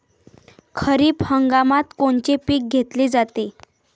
खरिप हंगामात कोनचे पिकं घेतले जाते?